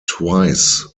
twice